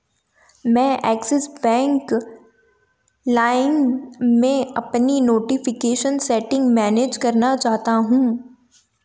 मैं Axis Bank Lime में अपनी नोटिफ़िकेशन सेटिंग मैनेज करना चाहता हूँ